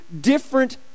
different